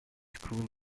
school